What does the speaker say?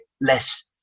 less